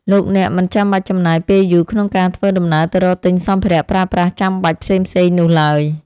លោកអ្នកមិនចាំបាច់ចំណាយពេលយូរក្នុងការធ្វើដំណើរទៅរកទិញសម្ភារៈប្រើប្រាស់ចាំបាច់ផ្សេងៗនោះឡើយ។